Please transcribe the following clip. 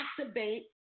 activate